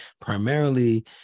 primarily